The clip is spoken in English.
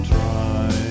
try